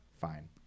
Fine